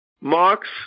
Marx